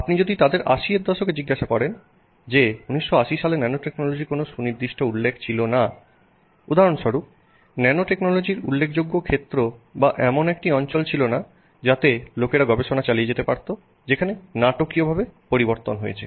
আপনি যদি তাদের 80 এর দশকে জিজ্ঞাসা করেন যে 1980 সালে ন্যানোটেকনোলজির কোনও সুনির্দিষ্ট উল্লেখ ছিল না উদাহরণস্বরূপ ন্যানোটেকনোলজির উল্লেখযোগ্য ক্ষেত্র বা এমন একটি অঞ্চল ছিল না যাতে লোকেরা গবেষণা চালিয়ে যেতে পারত যেখানে নাটকীয়ভাবে পরিবর্তন হয়েছে